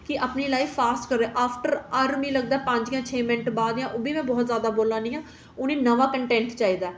कि अपनी life fast करो आफ्टर पंज छे मिन्ट बाद ओह्बी में जैदा बोल्ला निं आं उ'नें गी नमां कंटेंट चाहिदा